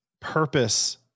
purpose